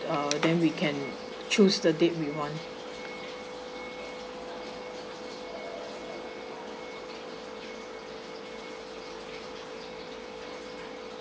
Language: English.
uh then we can choose the date we want